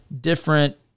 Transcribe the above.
different